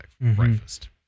breakfast